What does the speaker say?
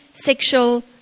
Sexual